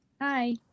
Hi